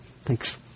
Thanks